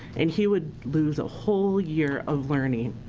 and he would lose a whole year of learning.